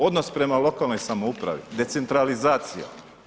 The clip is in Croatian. Odnos prema lokalnoj samoupravi, decentralizacija.